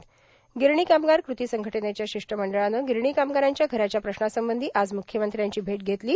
र्गिरणी कामगार कृती संघटनेच्या र्शिष्टमंडळाने गिरणी कामगारांच्या घराच्या प्रश्नासंबंधी आज मुख्यमंत्र्यांची भेट घेतलो